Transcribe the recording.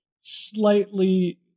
slightly